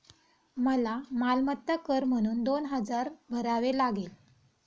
मला मालमत्ता कर म्हणून दोन हजार भरावे लागले